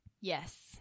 yes